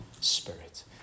Spirit